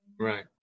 Right